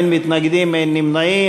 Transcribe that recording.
אין מתנגדים ואין נמנעים.